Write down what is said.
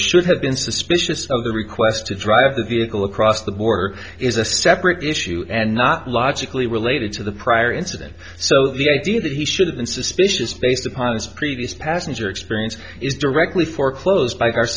suspicious of the request to drive the vehicle across the border is a separate issue and not logically related to the prior incident so the idea that he should have been suspicious based upon his previous passenger experience is directly foreclosed by gar